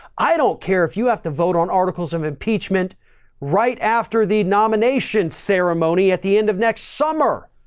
i don't care if you have to vote on articles of impeachment right after the nomination ceremony at the end of next summer.